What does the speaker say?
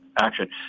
action